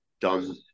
done